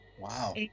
Wow